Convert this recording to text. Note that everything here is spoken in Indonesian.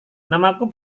namaku